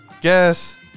Guess